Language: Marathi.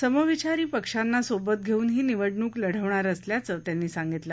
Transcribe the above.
समविचारी पक्षांना सोबत घेऊन ही निवडणूक लढवणार असल्याचं त्यांनी सांगितलं